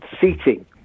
seating